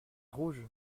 rouge